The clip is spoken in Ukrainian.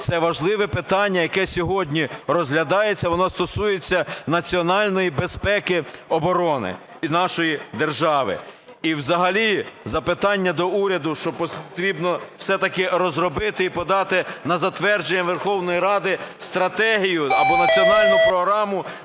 це важливе питання, яке сьогодні розглядається, воно стосується національної безпеки і оборони нашої держави. І взагалі запитання до уряду, що потрібно все-таки розробити і подати на затвердження Верховної Ради стратегію або національну програму